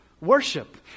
worship